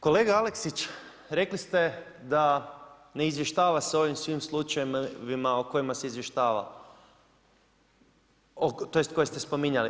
Kolega Aleksić, rekli ste da ne izvještava se o ovim svim slučajevima, o kojima se izvještava, tj. koje ste spominjali.